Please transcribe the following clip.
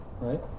right